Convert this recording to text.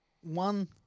One